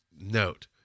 note